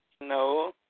No